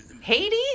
Haiti